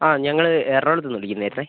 ആ ഞങ്ങൾ എറണാകുളത്തുനിന്നു വിളിക്കുന്നതായിരുന്നു